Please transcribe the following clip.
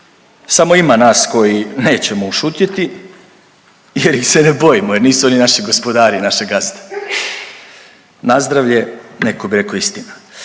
Samo ima nas koji nećemo ušutjeti, jer ih se ne bojimo, jer nisu oni naši gospodari, naše gazde. Nazdravlje! Netko bi rekao istina.